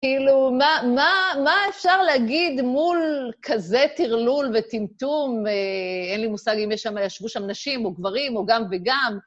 כאילו, מה אפשר להגיד מול כזה טרלול וטמטום? אין לי מושג אם יש שם... ישבו שם נשים או גברים או גם וגם.